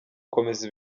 gukomeza